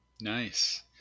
Nice